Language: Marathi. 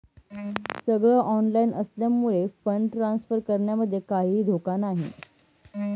सगळ ऑनलाइन असल्यामुळे फंड ट्रांसफर करण्यामध्ये काहीही धोका नाही